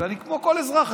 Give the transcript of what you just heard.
ואני כמו כל אזרח,